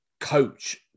coach